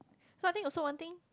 so I think also one thing